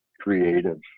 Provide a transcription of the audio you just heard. creative